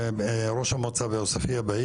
ראש מועצה בעוספיה,